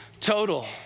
total